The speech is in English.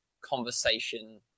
conversation